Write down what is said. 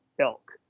elk